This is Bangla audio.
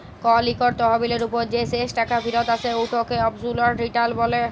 কল ইকট তহবিলের উপর যে শেষ টাকা ফিরত আসে উটকে অবসলুট রিটার্ল ব্যলে